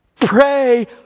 Pray